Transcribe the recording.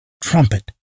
trumpet